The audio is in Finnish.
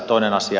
toinen asia